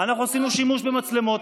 אנחנו עשינו שימוש במצלמות,